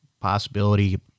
possibility